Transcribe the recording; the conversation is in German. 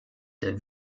der